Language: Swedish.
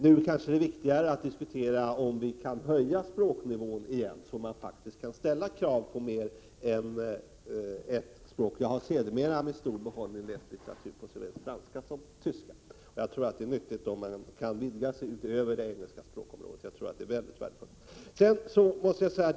Nu kanske det är viktigare att diskutera om vi kan höja språknivån igen, så att krav faktiskt kan ställas på mer än ett språk. Jag har sedermera med stor behållning läst litteratur på såväl franska som tyska. Jag tror att det är viktigt och mycket värdefullt att kunna vidga sig utöver det engelska språkområdet.